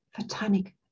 photonic